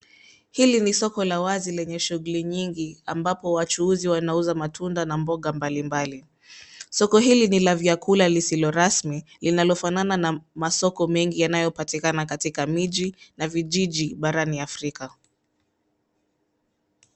Hili ni soko la wazi lenye shughuli nyingi ambapo wachuuzi wanauza matunda na mboga mbalimbali Soko hili ni la vyakula lisilo rasmi linalofanana na masoko mengi yanayopatikana katika miji na vijiji barani Afrika.